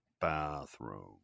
bathroom